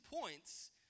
points